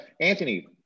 Anthony